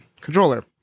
controller